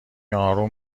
آروم